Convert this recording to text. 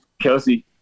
Kelsey